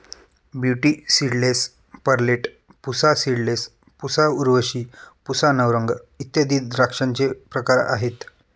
beauty seedless, Perlette, Pusa seedless, Pusa Urvashi, Pusa Navrang इत्यादी द्राक्षांचे प्रकार आहेत